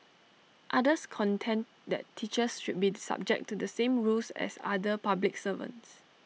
others contend that teachers should be subject to the same rules as other public servants